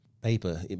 paper